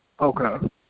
okay